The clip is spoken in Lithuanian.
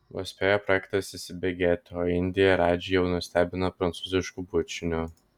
vos spėjo projektas įsibėgėti o indija radžį jau nustebino prancūzišku bučiniu